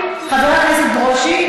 חבר הכנסת ברושי,